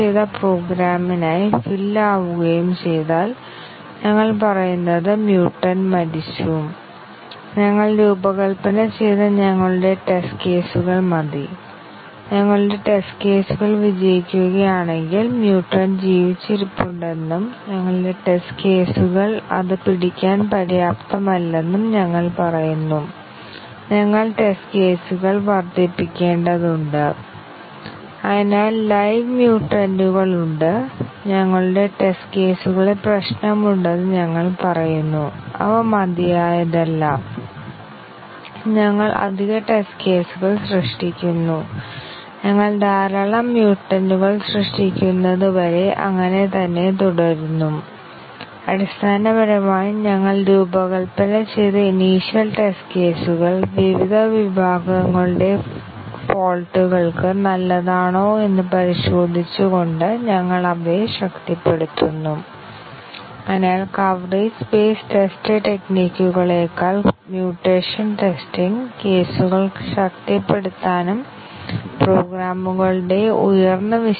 ഒരു കോമ്പൊസിറ്റ് കണ്ടിഷനിലോ decision statement ലോ ഉള്ള ആറ്റോമിക് കണ്ടിഷനുകളുടെയോ കംപോണൻറ് കണ്ടിഷന്റെയോ എണ്ണം വലുതായിരിക്കുമ്പോൾ പത്ത് കംപോണൻറ് വ്യവസ്ഥകൾ ഉണ്ടെങ്കിൽ ഒന്നിലധികം കണ്ടിഷൻ കവറേജിനായി ഞങ്ങൾക്ക് 210 ടെസ്റ്റ് കേസുകൾ ഉണ്ടാകും കൂടാതെ കണ്ടീഷണൽ എക്സ്പ്രെഷനിൽ 20 അല്ലെങ്കിൽ 30 ആറ്റോമിക് കണ്ടിഷൻ ഉണ്ടെങ്കിൽ അപ്പോൾ നമുക്ക് ധാരാളം ടെസ്റ്റ് കേസുകൾ ദശലക്ഷക്കണക്കിന് കോടിക്കണക്കിന് ടെസ്റ്റ് കേസുകൾ എന്നിവ ഒന്നിലധികം കണ്ടിഷൻ കവറേജ് നേടാൻ ആവശ്യമാണ് അതിനാൽ ഒന്നിലധികം കണ്ടിഷൻ കവറേജ് പ്രായോഗിക ടെസ്റ്റിംഗ് ടെക്നിക്കുകളായി കണക്കാക്കില്ല സാധാരണയായി ആരും ഒന്നിലധികം കണ്ടിഷൻ കവറേജ് നേടുന്നതിന് ഒരു പ്രോഗ്രാം പരീക്ഷിക്കണമെന്ന് നിർബന്ധം പിടിക്കുന്നു എന്നാൽ സാധാരണയായി പ്രായോഗികമായി പ്രാധാന്യമുള്ളത് MCDC കവറേജും പാത്ത് കവറേജും ആണ്